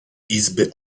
izby